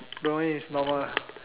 don't know leh it's normal ah